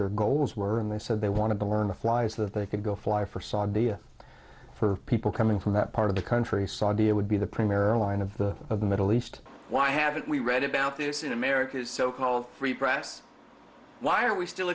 their goals were and they said they want to learn to fly is that they could go fly for saudia for people coming from that part of the country saudi it would be the primera line of the of the middle east why haven't we read about this in america's so called free press why are we still